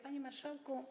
Panie Marszałku!